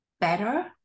better